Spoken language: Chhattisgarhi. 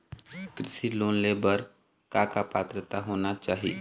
कृषि लोन ले बर बर का का पात्रता होना चाही?